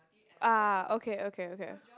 ah okay okay okay